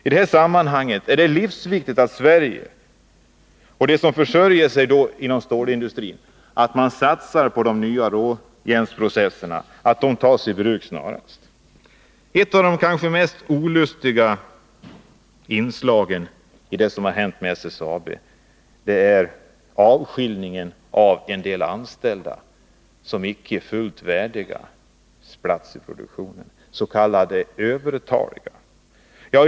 I detta sammanhang är det livsviktigt för Sverige, och för dem som försörjer sig inom stålindustrin, att det satsas på de nya råjärnsprocesserna och att de tas i bruk snarast. Ett av de kanske mest olustiga inslagen beträffande SSAB är avskiljningen av vissa anställda, som anses vara icke fullt värdiga en plats i produktionen. De är s.k. övertaliga.